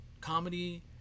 comedy